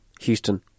Houston